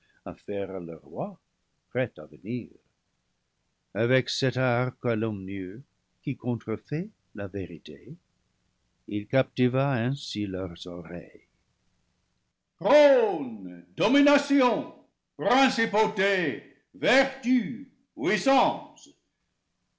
leur roi prêt à venir avec cet art calomnieux qui contrefait la vé rité il captiva ainsi leurs oreilles trônes dominations principautés vertus puissances